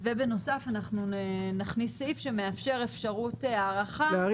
ובנוסף אנחנו נכניס סעיף שמאפשר אפשרות הארכה במקרים